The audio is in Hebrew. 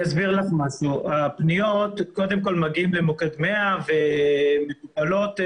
קודם כול, הפניות מגיעות למוקד 100 והן מטופלות.